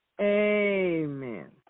Amen